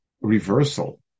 reversal